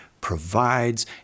provides